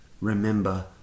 Remember